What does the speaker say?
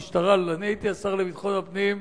אני הייתי השר לביטחון הפנים,